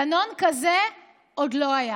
גנון כזה עוד לא היה.